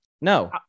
No